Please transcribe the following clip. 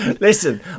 listen